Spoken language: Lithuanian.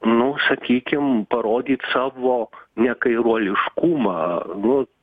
nu sakykim parodyt savo nekairuoliškumą nu